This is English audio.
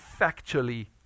factually